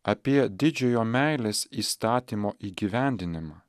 apie didžiojo meilės įstatymo įgyvendinimą